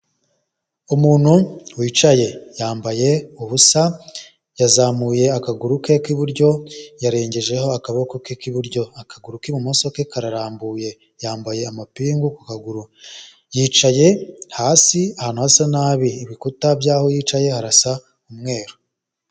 Umuntu wicaye yambaye ubusa yazamuye akaguru ke k'iburyo yarengejeho akaboko ke k'iburyo, akaguru k'ibumoso ke kararambuye yambaye amapingu ku kaguru, yicaye hasi ahantu hasa nabi, ibikuta by'aho yicaye harasa umweru.